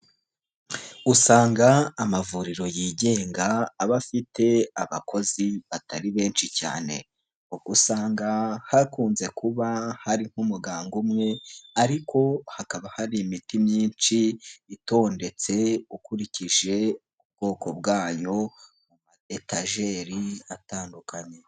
Usanga amavuriro yigenga aba afite abakozi batari benshi cyane usanga hakunze kuba hari nk'umuganga umwe ariko hakaba hari imiti myinshi itondetse ukurikije ubwoko bwayo etajeri atandukanye.